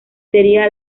sería